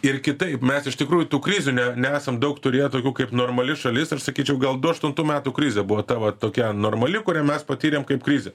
ir kitaip mes iš tikrųjų tų krizių ne nesam daug turėję tokių kaip normali šalis ir sakyčiau gal du aštuntų metų krizė buvo ta va tokia normali kurią mes patyrėm kaip krizę